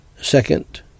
Second